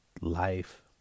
life